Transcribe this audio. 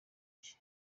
cye